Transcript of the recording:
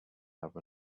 have